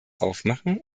aufmachen